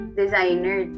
designer